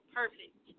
perfect